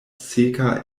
seka